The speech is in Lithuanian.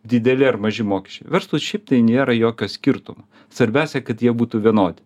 dideli ar maži mokesčiai verslui šiaip tai nėra jokio skirtumo svarbiausia kad jie būtų vienodi